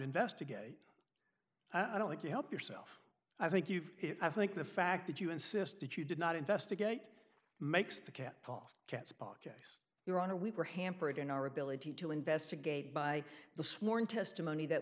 investigate i don't think you help yourself i think you've i think the fact that you insist that you did not investigate makes the cat boss cat spock your honor we were hampered in our ability to investigate by the sworn testimony that